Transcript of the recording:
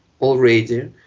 already